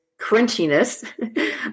crunchiness